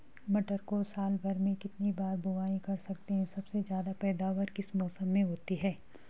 मटर को साल भर में कितनी बार बुआई कर सकते हैं सबसे ज़्यादा पैदावार किस मौसम में होती है?